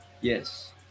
yes